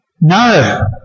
no